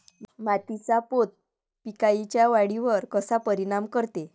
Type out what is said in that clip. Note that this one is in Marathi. मातीचा पोत पिकाईच्या वाढीवर कसा परिनाम करते?